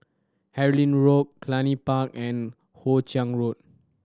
Harlyn Road Cluny Park and Hoe Chiang Road